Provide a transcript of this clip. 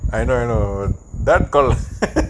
I know I know that call